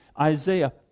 Isaiah